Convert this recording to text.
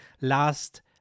last